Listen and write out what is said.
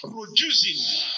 producing